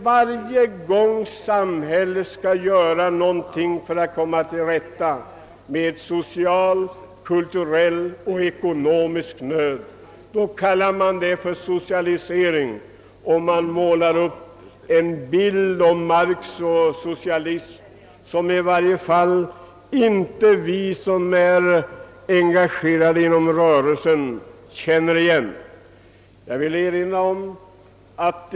Varje gång samhället skall vidta några åtgärder för att komma till rätta med social, kulturell eller ekonomisk nöd kallar man detta socialisering och målar upp en bild av Marx och av socialis men som i varje fall inte vi som är engagerade inom rörelsen känner igen.